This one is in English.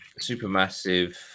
Supermassive